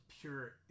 pure